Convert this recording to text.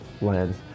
lens